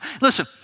listen